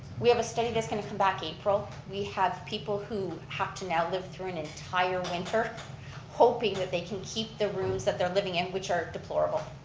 we have a study that's going to come back april. we have people who have to now live an entire winter hoping that they can keep their rooms that they're living in which are deplorable,